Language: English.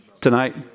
Tonight